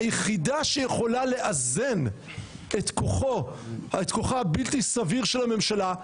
היחידה שיכולה לאזן את כוחה הבלתי סביר של הממשלה,